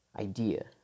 idea